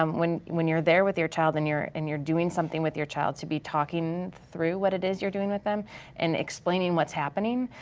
um when when you're there with your child and and you're doing something with your child, to be talking through what it is you're doing with them and explaining what's happening.